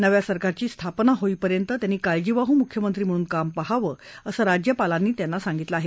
नव्या सरकास्ची स्थापना होईपर्यंत त्यांनी काळजीवाहू मुख्यमंत्री म्हणून काम पाहावं असं राज्यपालांनी त्यांना सांगितलं आहे